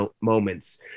moments